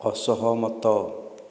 ଅସହମତ